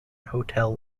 hotel